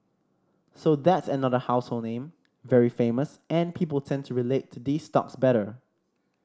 so that's another household name very famous and people tend to relate to these stocks better